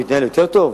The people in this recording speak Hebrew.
הוא יתנהל יותר טוב?